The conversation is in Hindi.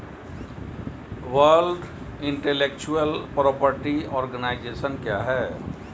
वर्ल्ड इंटेलेक्चुअल प्रॉपर्टी आर्गनाइजेशन क्या है?